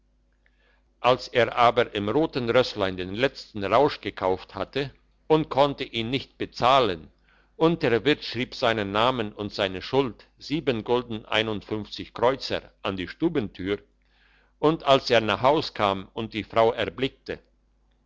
als er aber im roten rösslein den letzten rausch gekauft hatte und konnte ihn nicht bezahlen und der wirt schrieb seinen namen und seine schuld sieben gulden einundfünfzig kreuzer an die stubentür und als er nach haus kam und die frau erblickte